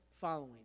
following